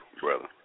brother